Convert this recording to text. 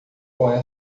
com